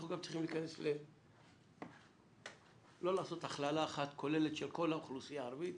אנחנו גם צריכים לא לעשות הכללה אחת כוללת של כל האוכלוסייה הערבית,